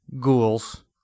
ghouls